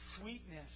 sweetness